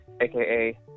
aka